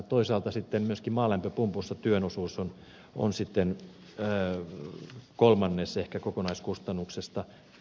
toisaalta myöskin maalämpöpumpussa työn osuus on ehkä kolmannes kokonaiskustannuksesta